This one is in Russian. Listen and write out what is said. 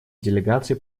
делегации